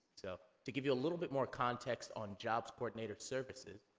so to give you a little bit more context on jobs coordinator services,